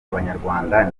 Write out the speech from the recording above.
abanyarwanda